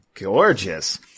Gorgeous